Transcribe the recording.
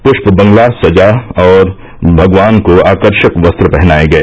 पृष्य बंगला सजा और भगवान को आकर्षक वस्त्र पहनाए गए